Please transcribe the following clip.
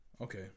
Okay